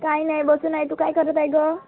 काय नाही बसून आहे तू काय करत आहे गं